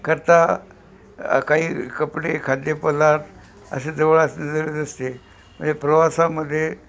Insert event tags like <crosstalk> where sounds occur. करता काही कपडे खाद्यपदार्थ असे जवळ <unintelligible> म्हणजे प्रवासामध्ये